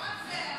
לא רק זה.